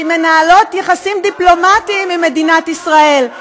שמנהלות יחסים דיפלומטיים עם מדינת ישראל,